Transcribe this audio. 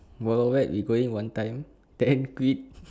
wild wild wet we going one time then quit